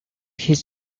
his